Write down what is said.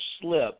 slip